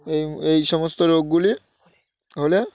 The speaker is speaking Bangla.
এই এই সমস্ত রোগগুলি হলে